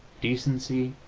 decency,